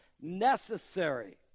necessary